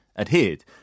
adhered